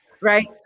right